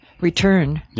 return